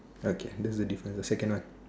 okay that's the difference the second one